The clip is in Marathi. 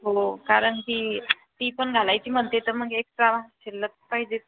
हो कारण की ती पण घालायची म्हणते तर मग एक काळा शिल्लक पाहिजेच